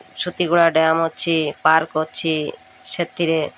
Satiguda dam ଅଛି park ଅଛି ସେଥିରେ